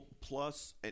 plus